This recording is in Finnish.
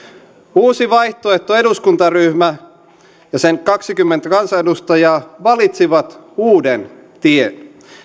uusi vaihtoehto eduskuntaryhmä ja sen kaksikymmentä kansanedustajaa valitsivat uuden tien